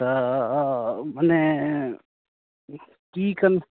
तऽ मने कि कनि